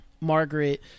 Margaret